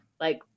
like-